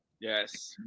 Yes